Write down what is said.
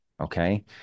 okay